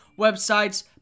websites